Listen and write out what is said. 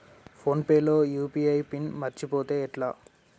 Phone pay లో UPI PIN మరచిపోతే ఎట్లా?